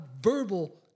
verbal